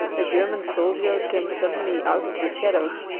a german soldier came suddenly out of the shadows,